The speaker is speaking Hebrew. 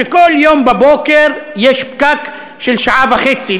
שכל יום בבוקר יש פקק של שעה וחצי,